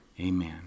Amen